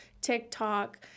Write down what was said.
TikTok